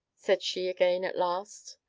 said she again at last.